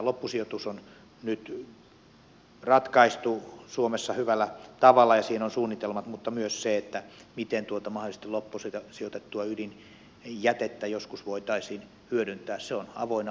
loppusijoitus on nyt ratkaistu suomessa hyvällä tavalla ja siihen on suunnitelmat mutta se miten mahdollisesti tuota loppusijoitettua ydinjätettä joskus voitaisiin hyödyntää on avoinna